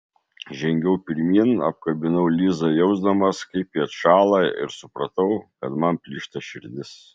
žengiau pirmyn apkabinau lizą jausdamas kaip ji atšąla ir supratau kad man plyšta širdis